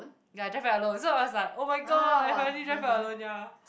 ya drive back alone so I was like oh-my-god I finally drive back alone ya